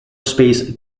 space